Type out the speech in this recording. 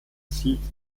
zieht